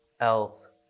else